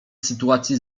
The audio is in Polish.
sytuacji